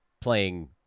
playing